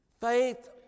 Faith